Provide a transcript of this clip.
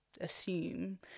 assume